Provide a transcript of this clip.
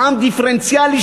מע"מ דיפרנציאלי,